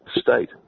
state